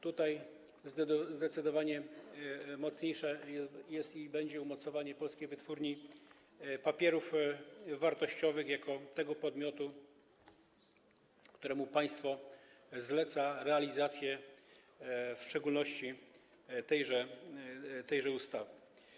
Tutaj zdecydowanie mocniejsze jest i będzie umocowanie Polskiej Wytwórni Papierów Wartościowych jako tego podmiotu, któremu państwo zleca realizację w szczególności tejże ustawy.